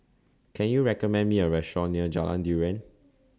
Can YOU recommend Me A Restaurant near Jalan Durian